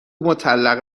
مطلقه